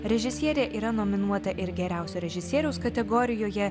režisierė yra nominuota ir geriausio režisieriaus kategorijoje